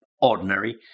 ordinary